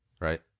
Right